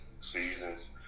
seasons